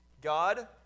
God